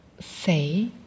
say